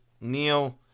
Neil